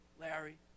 Larry